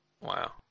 Wow